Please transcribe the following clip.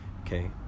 Okay